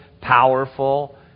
powerful